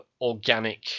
organic